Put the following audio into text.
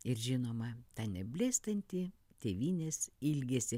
ir žinoma tą neblėstantį tėvynės ilgesį